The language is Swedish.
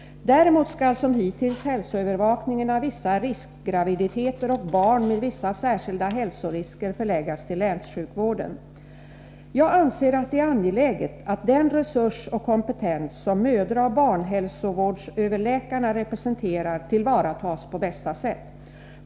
Däremot skall som hittills hälsoövervakningen av vissa riskgraviditeter och barn med vissa särskilda hälsorisker förläggas till länssjukvården. Jag anser att det är angeläget att den resurs och kompetens som mödraoch barnhälsovårdsöverläkarna representerar tillvaratas på bästa sätt.